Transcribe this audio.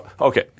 Okay